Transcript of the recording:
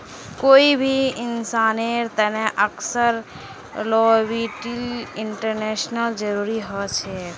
कोई भी इंसानेर तने अक्सर लॉयबिलटी इंश्योरेंसेर जरूरी ह छेक